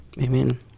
Amen